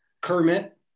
Kermit